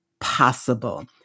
possible